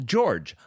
George